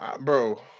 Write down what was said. bro